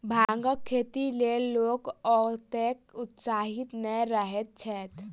भांगक खेतीक लेल लोक ओतेक उत्साहित नै रहैत छैथ